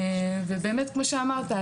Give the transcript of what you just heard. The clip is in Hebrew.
באמת כמו שאמרת,